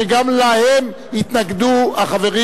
וגם להם התנגדו החברים